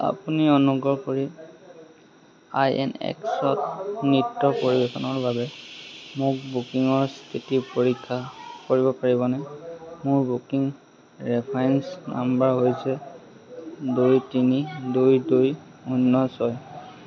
আপুনি অনুগ্ৰহ কৰি আই এন এক্সত নৃত্য পৰিৱেশনৰ বাবে মোক বুকিঙৰ স্থিতি পৰীক্ষা কৰিব পাৰিবনে মোৰ বুকিং ৰেফাৰেন্স নাম্বাৰ হৈছে দুই তিনি দুই দুই শূন্য ছয়